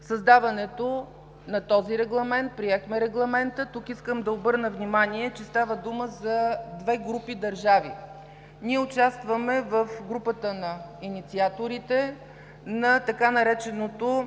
създаването на този регламент, приехме регламента. Тук искам да обърна внимание, че става дума за две групи държави. Ние участваме в групата на инициаторите на така нареченото